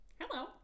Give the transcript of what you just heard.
Hello